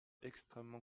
extrêmement